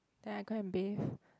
then I go and bathe